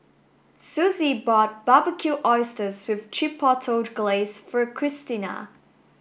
Susie bought Barbecued Oysters with Chipotle Glaze for Christina